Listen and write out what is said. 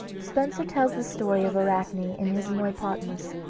spenser tells the story of arachne in his muiopotmos,